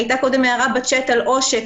הייתה קודם הערה בצ'ט על עושק.